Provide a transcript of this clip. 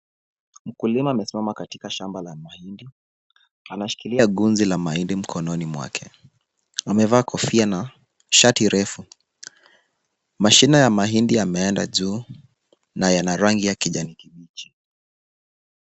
Mkulima amesimama katika shamba la mahindi, anashikilia gunzi la mahindi mkononi mwake. Amevaa kofia na shati refu, mashina ya mahindi yameenda juu na yana rangi ya kijani kibichi.